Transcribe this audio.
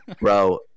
bro